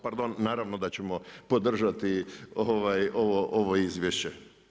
Pardon, naravno da ćemo podržati ovo izvješće.